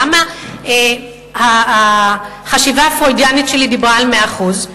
למה החשיבה הפרוידיאנית שלי דיברה על 100%?